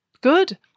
Good